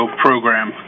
program